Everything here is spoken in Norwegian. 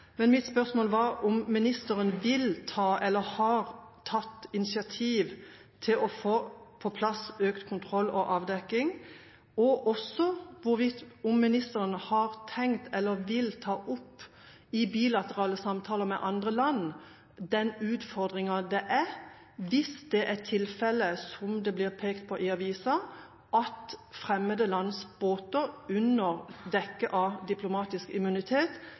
Men mitt spørsmål var om ministeren har tatt, eller vil ta, initiativ til å få på plass økt kontroll og avdekking, og om ministeren vil ta opp i bilaterale samtaler med andre land den utfordringa det er, hvis det er tilfellet som det blir pekt på i avisa, at fremmede lands båter under dekke av diplomatisk